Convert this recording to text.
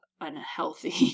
unhealthy